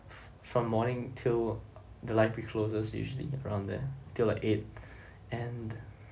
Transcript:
from morning till the library closes usually around there till like eight and